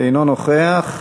אינו נוכח.